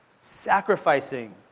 Sacrificing